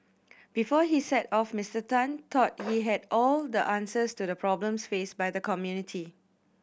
before he set off Mister Tan thought he had all the answers to the problems faced by the community